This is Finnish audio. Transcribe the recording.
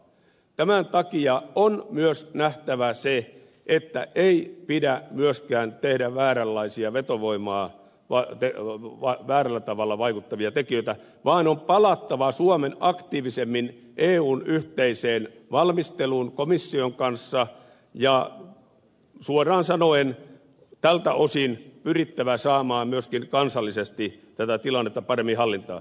tämän takia on myös nähtävä se että ei pidä myöskään tehdä vääränlaisia vetovoimaan väärällä tavalla vaikuttavia tekijöitä vaan suomen on palattava aktiivisemmin eun yhteiseen valmisteluun komission kanssa ja suoraan sanoen tältä osin pyrittävä saamaan myöskin kansallisesti tätä tilannetta paremmin hallintaan